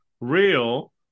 real